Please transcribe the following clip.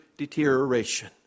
deterioration